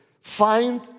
Find